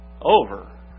over